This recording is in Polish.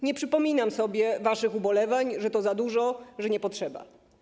Nie przypominam sobie waszych ubolewań, że to za dużo, że nie potrzeba.